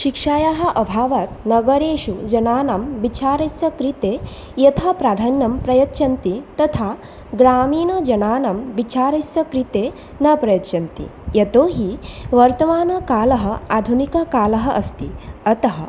शिक्षायाः अभावात् नगरेषु जनानां विचारस्य कृते यथा प्राधान्यं प्रयच्छन्ति तथा ग्रामीनजनानं विचारस्य कृते न प्रयच्छन्ति यतो हि वर्तमानकालः आधुनिककालः अस्ति अतः